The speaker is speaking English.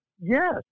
Yes